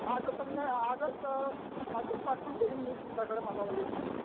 आजच संध्या आजच आजच पाठवून देईन मी तुमच्याकडं माझा व्यक्ती